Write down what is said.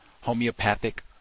homeopathic